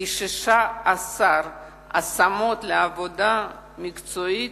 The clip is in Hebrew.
כ-16,000 השמות לעבודה מקצועית,